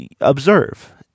observe